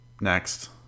next